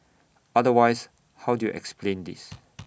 otherwise how do you explain this